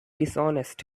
dishonest